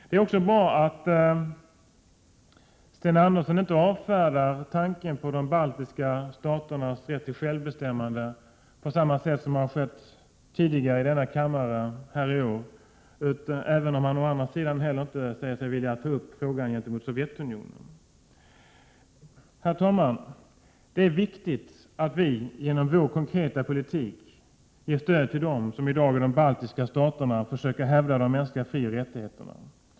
Det är också bra att Sten Andersson inte avfärdar tanken på de baltiska staternas rätt till självbestämmande, på samma sätt som har skett tidigare i denna kammare i år, även om han å andra sidan inte säger sig vilja ta upp frågan gentemot Sovjetunionen. Herr talman! Det är viktigt att vi i Sverige genom vår konkreta politik ger stöd till dem som i dag i de baltiska staterna försöker hävda de mänskliga frioch rättigheterna.